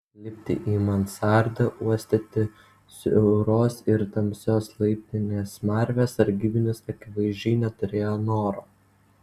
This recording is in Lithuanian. lipti į mansardą uostyti siauros ir tamsios laiptinės smarvę sargybinis akivaizdžiai neturėjo noro